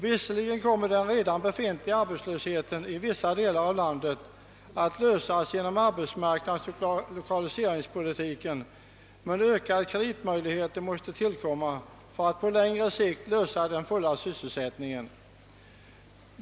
Visserligen kommer den redan befintliga arbetslösheten i vissa delar av landet att lösas genom arbetsmarknadsoch lokaliseringspolitiken, men ökade kreditmöjligheter måste tillkomma för att på längre sikt lösa den fulla sysselsättningen.